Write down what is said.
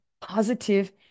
positive